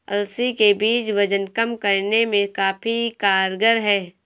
अलसी के बीज वजन कम करने में काफी कारगर है